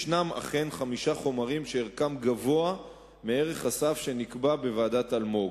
אכן יש חמישה חומרים שערכם גבוה מערך הסף שנקבע בוועדת-אלמוג.